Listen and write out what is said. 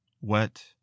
wet